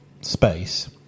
space